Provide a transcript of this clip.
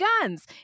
guns